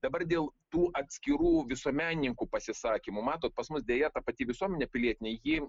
dabar dėl tų atskirų visuomenininkų pasisakymų matot pas mus deja ta pati visuomenė pilietinė ji